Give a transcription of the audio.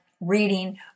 reading